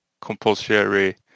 compulsory